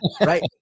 right